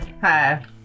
Hi